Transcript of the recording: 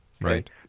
Right